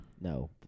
no